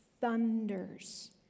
thunders